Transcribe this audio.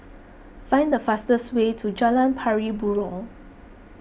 find the fastest way to Jalan Pari Burong